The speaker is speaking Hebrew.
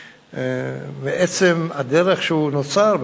שבעצם הדרך שהוא נוצר,